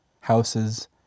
houses